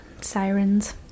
sirens